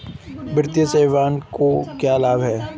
वित्तीय समावेशन के क्या लाभ हैं?